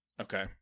okay